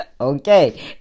okay